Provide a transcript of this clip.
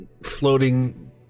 Floating